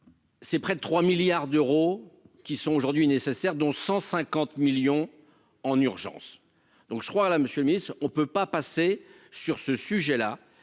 C'est près de 3 milliards d'euros qui sont aujourd'hui nécessaires, dont 150 millions en urgence, donc je crois là monsieur Miss, on ne peut pas passer sur ce sujet-là,